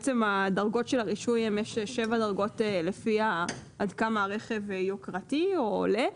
דרגות הרישוי הם שבע דרגות לפי עד כמה הרכב יוקרתי או עולה,